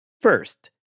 First